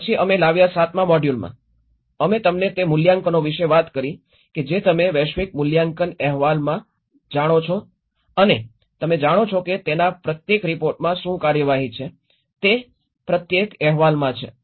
પછી અમે લાવ્યા સાતમા મોડ્યુલમાં અમે તમને તે મૂલ્યાંકનો વિશે વાત કરી કે જે તમે વૈશ્વિક મૂલ્યાંકન અહેવાલોને જાણો છો અને તમે જાણો છો કે તેના પ્રત્યેક રીપોર્ટમાં શું કાર્યવાહી છે તે પ્રત્યેક અહેવાલ છે